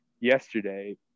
yesterday